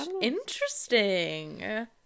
interesting